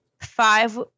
Five